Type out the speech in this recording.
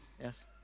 Yes